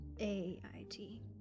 a-i-t